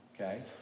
okay